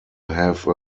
have